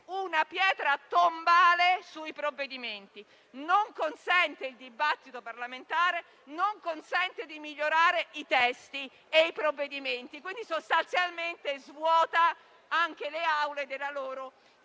una pietra tombale sui provvedimenti: non consente il dibattito parlamentare, né di migliorare i testi e i provvedimenti, quindi sostanzialmente svuota anche le Aule della loro